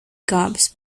gobs